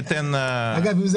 לבחון בשנה